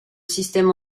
système